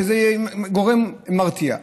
שזה יהיה גורם מרתיע.